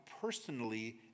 personally